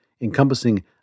encompassing